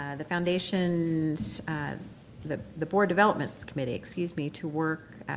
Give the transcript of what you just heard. ah the foundation's the the board development committee, excuse me, to work,